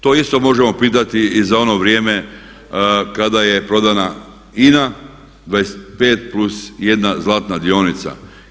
To isto možemo pitati i za ono vrijeme kada je prodana INA 25 plus jedna zlatna dionica.